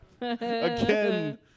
Again